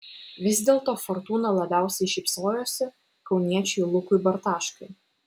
vis dėlto fortūna labiausiai šypsojosi kauniečiui lukui bartaškai